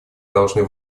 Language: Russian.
должны